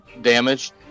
damage